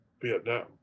Vietnam